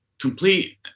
complete